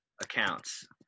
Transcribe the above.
accounts